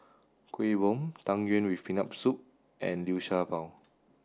Kuih Bom Tang Yuen with peanut soup and Liu Sha Bao